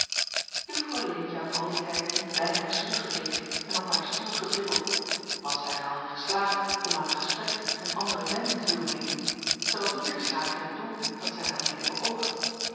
juffrouw leentje had al dien tijd niet weinig zuur gekeken en op haar stoel gedribbeld was zij er al in geslaagd om aan t gesprek een andere wending te doen nemen acob van ennep laasje evenster was niet geslaagd in het doel dat zij daarmede beöogde